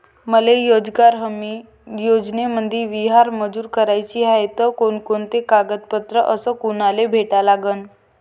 मले रोजगार हमी योजनेमंदी विहीर मंजूर कराची हाये त कोनकोनते कागदपत्र अस कोनाले भेटा लागन?